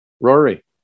Rory